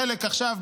חלק עכשיו,